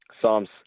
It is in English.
Psalms